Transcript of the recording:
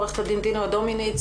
עוה"ד דינה דומיניץ,